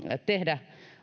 tehdä